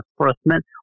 enforcement